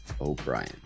O'Brien